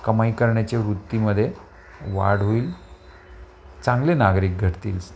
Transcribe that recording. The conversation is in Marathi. कमाई करण्याच्या वृत्तीमध्ये वाढ होईल चांगले नागरिक घडतील